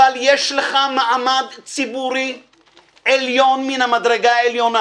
אבל יש לך מעמד ציבורי עליון מן המדרגה העליונה